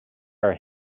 are